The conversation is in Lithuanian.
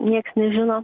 nieks nežino